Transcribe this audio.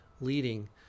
leading